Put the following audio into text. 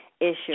issues